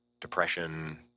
depression